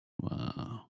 Wow